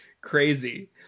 crazy